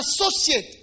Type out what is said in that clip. associate